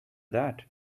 that